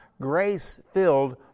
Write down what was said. grace-filled